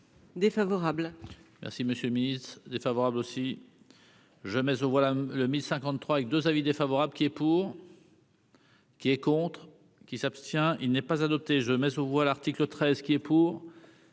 Défavorable. Merci monsieur mise défavorable aussi. Je mets au voilà le 1053 avec 2 avis défavorable qui est pour. Qui est contre. Qui s'abstient, il n'est pas adopté, je Metz aux voix, l'article 13 qui. Pour